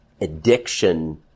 addiction